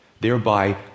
thereby